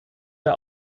der